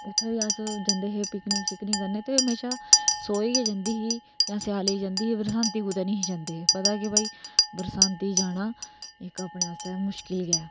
उत्थै बी अस जंदे हे पिकनिक करने गी ते हमेशा सोहे गी गै जंदी ही जां स्याले च जंदी ही पर बरसांती कुतै नेई ही जंदी पता हा भाई कि बरसांती जाना साढ़े आस्तै मुश्किल ग ही